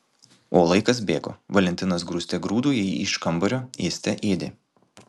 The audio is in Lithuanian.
o laikas bėgo valentinas grūste grūdo jį iš kambario ėste ėdė